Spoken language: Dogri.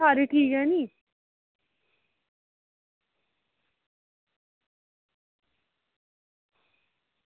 सारे ठीक ऐ नी